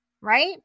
right